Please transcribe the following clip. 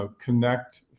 connect